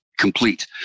Complete